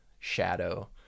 shadow